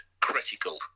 critical